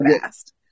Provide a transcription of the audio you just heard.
fast